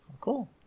Cool